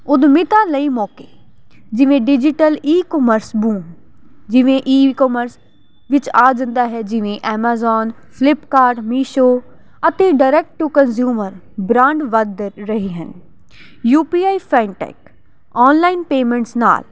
ਉੱਦਮਿਤਾ ਲਈ ਮੌਕੇ ਜਿਵੇਂ ਡਿਜੀਟਲ ਈਕਮਰਸ ਬੂ ਜਿਵੇਂ ਈਕਮਰਸ ਵਿੱਚ ਆ ਜਾਂਦਾ ਹੈ ਜਿਵੇਂ ਐਮਾਜੋਨ ਫਲਿਪਕਾਰਡ ਮੀਸ਼ੋ ਅਤੇ ਡਾਇਰੈਕਟ ਟੂ ਕੰਜ਼ਿਊਮਰ ਬ੍ਰਾਂਡ ਵੱਧ ਰਹੇ ਹਨ ਯੂ ਪੀ ਆਈ ਫਰੰਟਾਈਕ ਆਨਲਾਈਨ ਪੇਮੈਂਟਸ ਨਾਲ